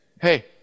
hey